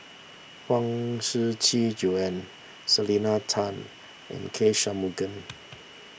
Huang Shiqi Joan Selena Tan and K Shanmugam